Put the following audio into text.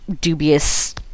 dubious